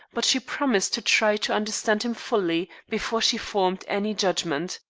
but she promised to try to understand him fully before she formed any judgment.